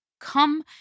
come